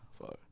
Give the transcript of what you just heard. fuck